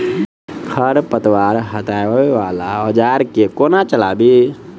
खरपतवार हटावय वला औजार केँ कोना चलाबी?